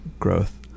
growth